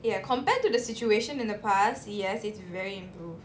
ya compared to the situation in the past years it's very improved